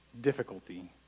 difficulty